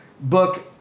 book